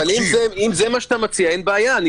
אם זה מה שאתה מציע, אין בעיה.